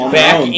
back